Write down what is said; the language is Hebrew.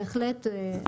בהחלט.